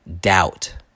doubt